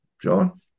John